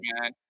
man